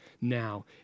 now